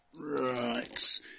Right